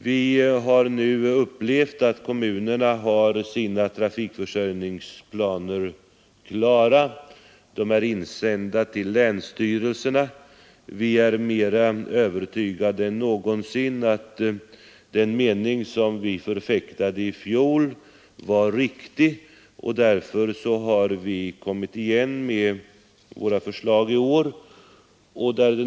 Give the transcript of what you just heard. Vi har nu upplevt att kommunerna har sina trafikförsörjningsplaner klara. De är insända till länsstyrelserna. Vi är mer än någonsin övertygade om att den mening som vi förfäktade i fjol var riktig, och därför har vi kommit tillbaka med våra förslag i år.